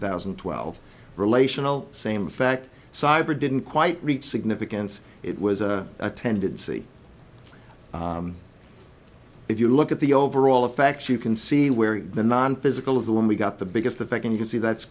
thousand and twelve relational same fact cyber didn't quite reach significance it was a tendency if you look at the overall effects you can see where the nonphysical is the one we got the biggest effect and you can see that's